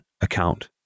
account